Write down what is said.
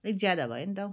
अलिक ज्यादा भयो नि त हौ